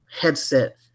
headset